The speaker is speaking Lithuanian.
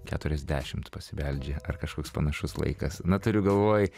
keturiasdešim pasibeldžia ar kažkoks panašus laikas na turiu galvoj